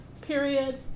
period